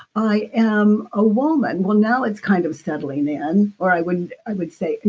i am a woman. well, now it's kind of settling in, or i would i would say,